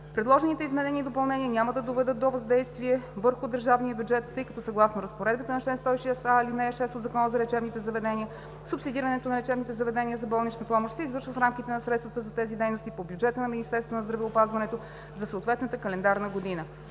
Предложените изменения и допълнения няма да доведат до въздействие върху държавния бюджет, тъй като съгласно разпоредбата на чл. 106а, ал. 6 от Закона за лечебните заведения субсидирането на лечебните заведения за болнична помощ се извършва в рамките на средствата за тези дейности по бюджета на Министерството на здравеопазването за съответната календарна година.